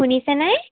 শুনিছেনে